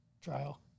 trial